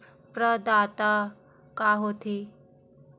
प्रदाता का हो थे?